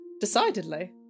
decidedly